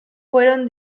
fueron